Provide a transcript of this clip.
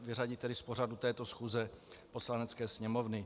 Vyřadit tedy z pořadu této schůze Poslanecké sněmovny.